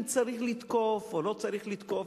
אם צריך לתקוף או לא צריך לתקוף,